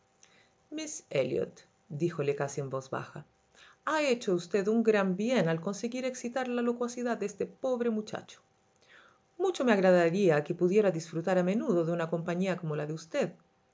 miss elliotdíjote casi en voz baja ha hecho usted un gran bien al conseguir excitar la locuacidad de este pobre muchacho mucho me agradaría que pudiera disfrutar a menudo de una compañía como la de